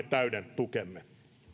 täyden tukemme